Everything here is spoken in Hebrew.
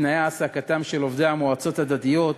בתנאי העסקתם של עובדי המועצות הדתיות,